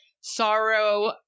sorrow